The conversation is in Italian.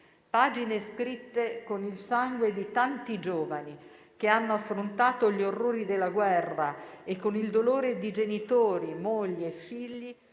Pagine scritte con il sangue di tanti giovani che hanno affrontato gli orrori della guerra e con il dolore di genitori, mogli e figli